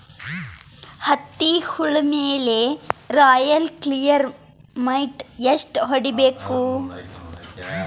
ಹತ್ತಿ ಹುಳ ಮೇಲೆ ರಾಯಲ್ ಕ್ಲಿಯರ್ ಮೈಟ್ ಎಷ್ಟ ಹೊಡಿಬೇಕು?